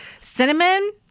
cinnamon